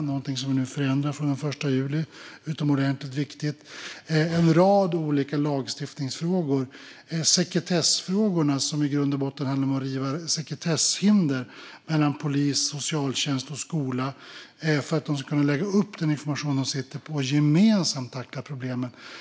Det är något som vi nu förändrar från den 1 juli. Det är utomordentligt viktigt. Det är en rad olika lagstiftningsfrågor. Det handlar om sekretessfrågorna, som i grund och botten handlar om att riva sekretesshinder mellan polis, socialtjänst och skola för att de ska kunna lägga upp den information de sitter på och gemensamt tackla problemen.